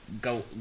Go